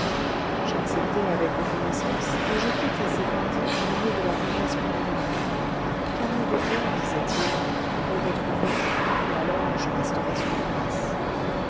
j'acceptai avec reconnaissance et je quittai ces bandits au milieu de leurs menaces pour l'avenir car nous devions disaient-ils nous retrouver et alors je resterais sur la place